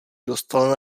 dostal